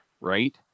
right